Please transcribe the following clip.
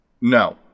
No